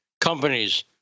companies